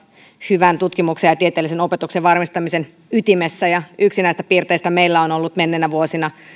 hyvän tutkimuksen ja tieteellisen opetuksen varmistamisen ytimessä ja yksi näistä piirteistä meillä on ollut menneinä vuosina